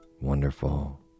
wonderful